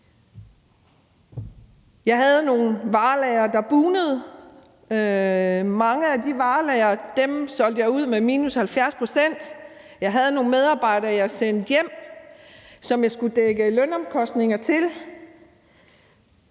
Jeg havde nogle varelagre, der bugnede. Mange af de varelagre solgte jeg ud med minus 70 pct. Jeg havde nogle medarbejdere, jeg sendte hjem, og som jeg skulle dække lønomkostninger til.